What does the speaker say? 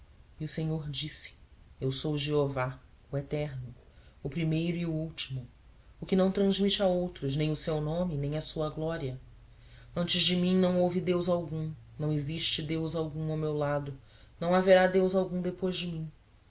e o senhor disse eu sou jeová o eterno o primeiro e o último o que não transmite a outros nem o seu nome nem a sua glória antes de mim não houve deus algum não existe deus algum ao meu lado não haverá deus algum depois de mim